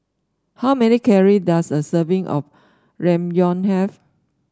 how many calories does a serving of Ramyeon have